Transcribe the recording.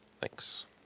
Thanks